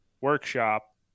workshop